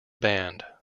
band